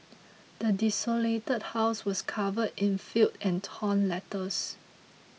the desolated house was covered in filth and torn letters